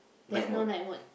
there's no night mode